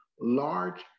large